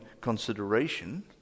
consideration